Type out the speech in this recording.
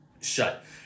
Shut